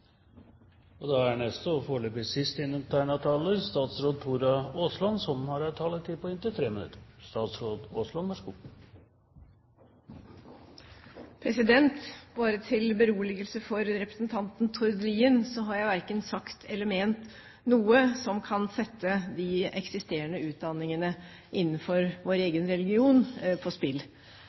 og religiøse ledere i samspill har en innvirkning på menneskers liv som gjør at vi kan være kritiske til det som kommer fra andre. Bare til beroligelse for representanten Tord Lien har jeg verken sagt eller ment noe som kan sette de eksisterende utdanningene innenfor vår egen religion på spill